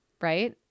Right